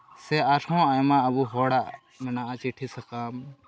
ᱥᱮ ᱟᱨᱦᱚᱸ ᱟᱵᱚ ᱦᱚᱲᱟᱜ ᱢᱮᱱᱟᱜᱼᱟ ᱪᱤᱴᱷᱤ ᱥᱟᱠᱟᱢ